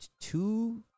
two